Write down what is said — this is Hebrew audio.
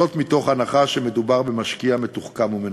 בהנחה שמדובר במשקיע מתוחכם ומנוסה.